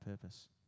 purpose